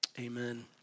Amen